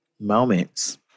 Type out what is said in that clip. Moments